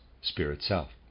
spirit-self